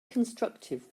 constructive